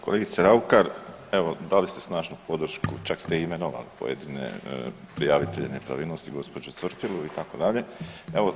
Kolegice Raukar, evo dali ste snažnu podršku, čak ste i imenovali pojedine prijavitelje nepravilnosti gospođu Cvrtilu itd., evo